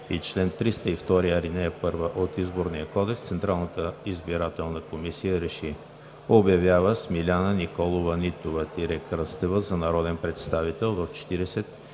и чл. 302, ал. 1 от Изборния кодекс Централната избирателна комисия. РЕШИ: Обявява Смиляна Николова Нитова-Кръстева за народен представител в 44-ото